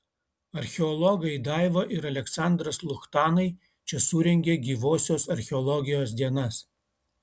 archeologai daiva ir aleksandras luchtanai čia surengė gyvosios archeologijos dienas